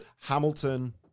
Hamilton